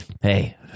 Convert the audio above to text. Hey